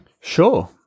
Sure